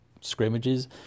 scrimmages